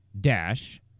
dash